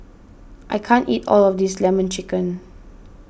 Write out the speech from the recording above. I can't eat all of this Lemon Chicken